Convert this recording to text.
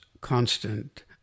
constant